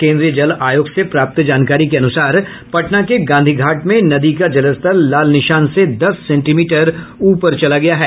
केन्द्रीय जल आयोग से प्राप्त जानकारी के अनुसार पटना के गांधी घाट में नदी का जलस्तर लाल निशान से दस सेंटीमीटर ऊपर चला गया है